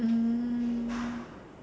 mm